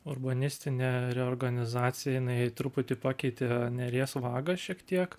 urbanistinė reorganizacija jinai truputį pakeitė neries vagą šiek tiek